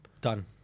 Done